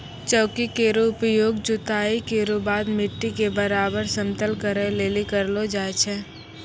चौकी केरो उपयोग जोताई केरो बाद मिट्टी क बराबर समतल करै लेलि करलो जाय छै